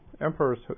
emperors